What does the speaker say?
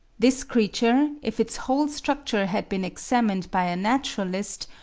this creature, if its whole structure had been examined by a naturalist,